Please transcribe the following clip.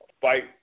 fight